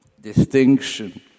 distinction